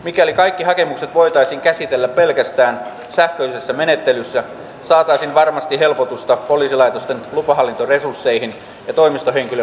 mikäli kaikki hakemukset voitaisiin käsitellä pelkästään sähköisessä menettelyssä saataisiin varmasti helpotusta poliisilaitosten lupahallintoresursseihin ja toimistohenkilökunnan työhön